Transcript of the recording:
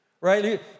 right